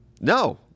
No